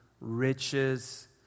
riches